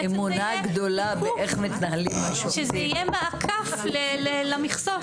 שזה יהיה מעקף למכסות.